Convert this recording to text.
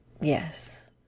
Yes